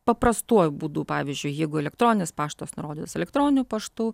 paprastuoju būdu pavyzdžiui jeigu elektroninis paštas nurodytu elektroniniu paštu